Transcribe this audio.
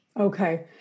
Okay